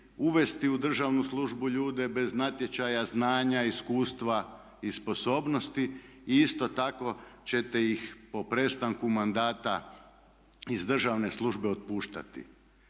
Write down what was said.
uvesti u državnu službu ljude bez natječaja, znanja, iskustva i sposobnosti i isto tako ćete ih po prestanku mandata iz državne službe otpuštati.